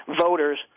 voters